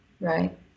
right